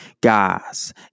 Guys